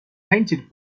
painted